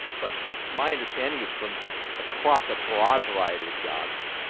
but my understanding is from across a broad variety of jobs,